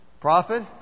Prophet